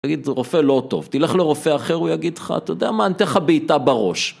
תגיד, זה רופא לא טוב, תלך לרופא אחר, הוא יגיד לך, אתה יודע מה, ניתן לך בעיטה בראש.